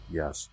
yes